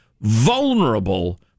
vulnerable